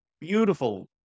beautiful